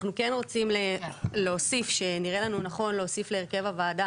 אנחנו כן רוצים להוסיף שנראה לנו נכון להוסיף להרכב הוועדה